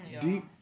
Deep